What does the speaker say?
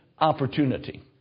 opportunity